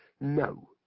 no